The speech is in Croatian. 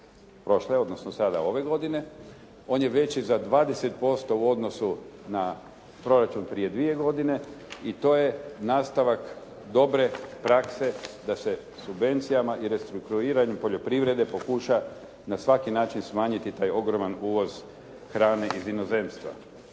prošle, odnosno sada ove godine. On je veći za 20% u odnosu na proračun prije dvije godine i to je nastavak dobre prakse da se subvencijama i restrukturiranju poljoprivrede pokuša na svaki način smanjiti taj ogroman uvoz hrane iz inozemstva.